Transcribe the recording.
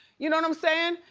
you know what i'm saying?